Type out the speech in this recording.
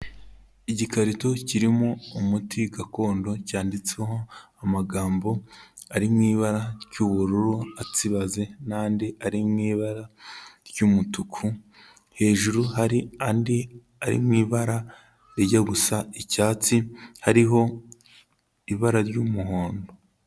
Igikarito kirimo umuti gakondo, cyanditseho amagambo ari mu ibara ry'ubururu atsibaze n'andi ari mu ibara ry'umutuku, hejuru hari andi ari mu ibara rijya gusa icyatsi, hariho ibara ry'umuhondo.